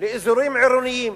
לאזורים עירוניים,